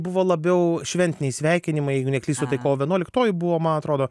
buvo labiau šventiniai sveikinimai jeigu neklystu tai kovo vienuoliktoji buvo man atrodo